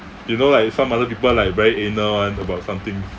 you know like some other people like very inner [one] about some things